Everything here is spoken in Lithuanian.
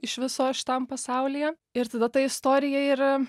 iš viso šitam pasaulyje ir tada ta istorija ir